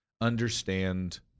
understand